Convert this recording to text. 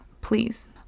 please